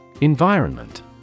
Environment